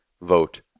vote